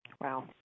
Wow